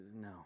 No